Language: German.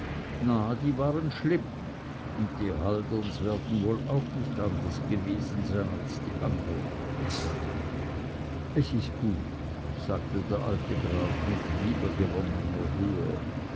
na die waren schlimm und die halderns werden woll auch nich anders gewesen sein als die andern es ist gut sagte der alte graf mit wiedergewonnener ruhe